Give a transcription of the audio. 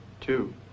Two